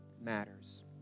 matters